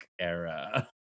era